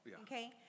okay